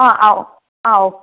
ആ ആ ഓ ആ ഓക്കെ